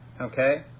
Okay